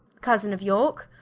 cosin of yorke,